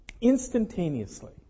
instantaneously